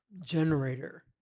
generator